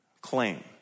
claim